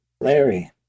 Larry